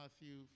Matthew